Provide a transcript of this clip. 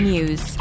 News